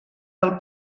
del